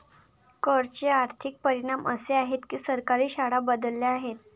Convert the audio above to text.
कर चे आर्थिक परिणाम असे आहेत की सरकारी शाळा बदलल्या आहेत